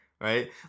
right